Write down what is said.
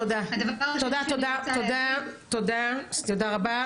תודה רבה.